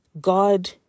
God